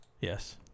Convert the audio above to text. Yes